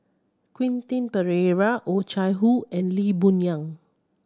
Quentin Pereira Oh Chai Hoo and Lee Boon Yang